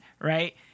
right